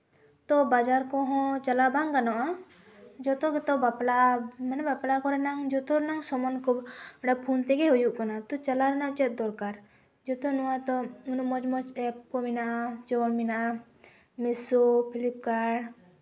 ᱛᱚ ᱵᱟᱡᱟᱨ ᱠᱚᱦᱚᱸ ᱪᱟᱞᱟᱣ ᱵᱟᱝ ᱜᱟᱱᱚᱜᱼᱟ ᱡᱚᱛᱚ ᱜᱮᱛᱚ ᱵᱟᱯᱞᱟ ᱢᱟᱱᱮ ᱵᱟᱯᱞᱟ ᱠᱚᱨᱮᱱᱟᱝ ᱡᱚᱛᱚ ᱨᱮᱱᱟᱝ ᱥᱟᱢᱟᱱ ᱠᱚ ᱚᱱᱟ ᱯᱷᱳᱱ ᱛᱮᱜᱮ ᱦᱩᱭᱩᱜ ᱠᱟᱱᱟ ᱱᱤᱛᱚᱜ ᱪᱟᱞᱟᱣ ᱨᱮᱱᱟᱜ ᱪᱮᱫ ᱫᱚᱨᱠᱟᱨ ᱡᱚᱛᱚ ᱱᱚᱣᱟᱫᱚ ᱩᱱᱟᱹᱜ ᱢᱚᱡᱽ ᱢᱚᱡᱽ ᱮᱯ ᱠᱚ ᱢᱮᱱᱟᱜᱼᱟ ᱡᱮᱢᱚᱱ ᱢᱮᱱᱟᱜᱼᱟ ᱢᱤᱥᱳ ᱯᱷᱤᱞᱤᱯᱠᱟᱨᱴ